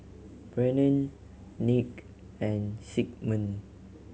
Brennen Nick and Sigmund